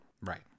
Right